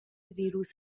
ویروس